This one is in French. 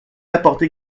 apporter